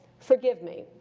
forgive me.